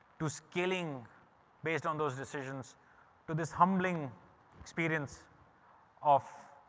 to scaling based on those decisions to this humbling experience of,